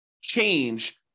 change